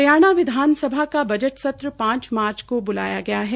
हरियाणा विधानसभा का बजट सत्र पांच मार्च को बुलाया गया है